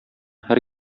һәр